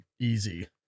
easy